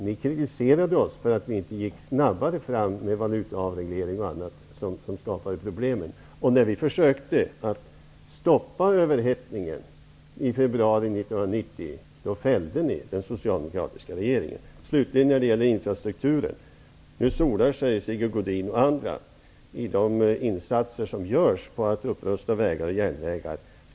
Ni kritiserade oss för att vi inte gick snabbare fram med valutaavreglering och annat, som ju skapade problemen. När vi försökte stoppa överhettningen i februari 1990 fällde ni den socialdemokratiska regeringen. Nu solar sig Sigge Godin och andra i de insatser som görs för att rusta upp vägar och järnvägar.